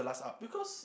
because